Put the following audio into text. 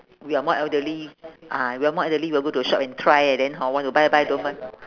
we are more elderly ah we are more elderly we all go to the shop and try and then hor want to buy buy don't buy